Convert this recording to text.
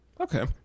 Okay